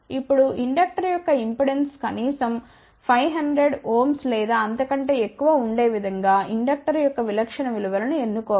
ఇప్పుడు ఇండక్టర్ యొక్క ఇంపెడెన్స్ కనీసం 500Ω లేదా అంతకంటే ఎక్కువ ఉండే విధంగా ఇండక్టర్ యొక్క విలక్షణ విలు వలను ఎన్నుకో వాలి